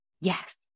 yes